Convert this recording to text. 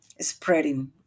spreading